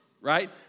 Right